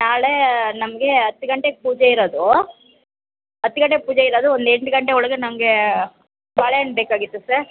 ನಾಳೆ ನಮಗೆ ಹತ್ತು ಗಂಟೆಗೆ ಪೂಜೆ ಇರೋದು ಹತ್ತು ಗಂಟೆಗೆ ಪೂಜೆ ಇರೋದು ಒಂದು ಎಂಟು ಗಂಟೆ ಒಳಗೆ ನಂಗೆ ಬಾಳೆಹಣ್ಣು ಬೇಕಾಗಿತ್ತು ಸರ್